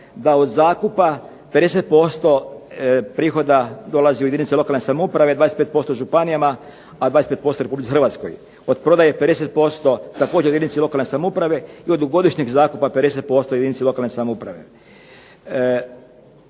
da od zakupa 50% prihoda dolazi u jedinice lokalne samouprave, 25% županijama, a 25% Republici Hrvatskoj. Od prodaje 50% također jedinici lokalne samouprave i od ... zakupa 50% jedinici lokalne samouprave.